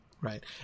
Right